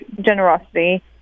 generosity